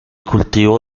cultivo